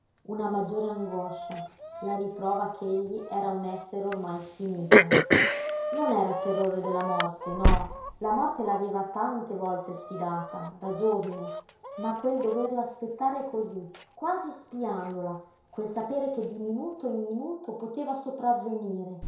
una maggiore angoscia la riprova ch'egli era un essere ormai finito non era terrore della morte no la morte l'aveva tante volte sfidata da giovine ma quel doverla aspettare cosí quasi spiandola quel sapere che di minuto in minuto poteva